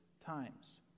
times